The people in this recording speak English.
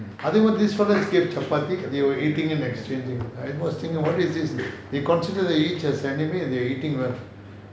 I think these fellows gave chapati they were eating and exchanging I was thinking what is this they consider each other as enemy and they're eating well